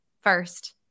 first